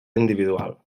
individual